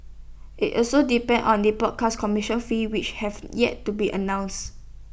IT also depends on the broadcast commercial fees which have yet to be announced